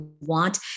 want